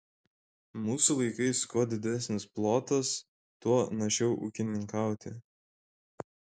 mūsų laikais kuo didesnis plotas tuo našiau ūkininkauti